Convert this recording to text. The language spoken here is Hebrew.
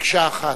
במקשה אחת.